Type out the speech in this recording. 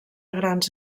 grans